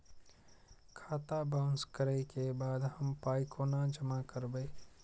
खाता बाउंस करै के बाद हम पाय कोना जमा करबै?